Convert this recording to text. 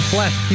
Flash